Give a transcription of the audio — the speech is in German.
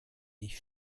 ich